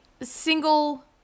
single